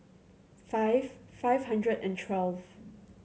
five five hundred and twelve